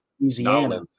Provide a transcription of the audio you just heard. Louisiana